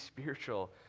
spiritual